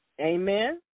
Amen